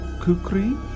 kukri